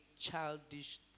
childish